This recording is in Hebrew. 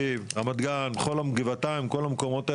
כאן מגיע גם החלק של מה תהיה הסמכות של